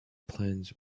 plans